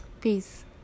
Peace